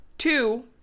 Two